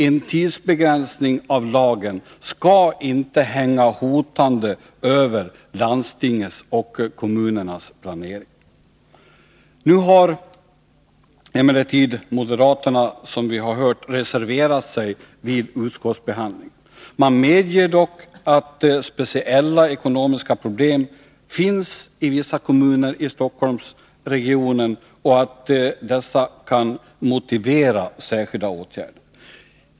En tidsbegränsning av lagen skall inte hänga hotande över landstingets och kommunernas planering. Nu har emellertid moderaterna, som vi har hört, reserverat sig vid utskottsbehandlingen. Man medger dock att speciella ekonomiska problem finns i vissa kommuner i Stockholmsregionen och att dessa kan motivera särskilda åtgärder.